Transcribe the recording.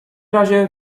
razie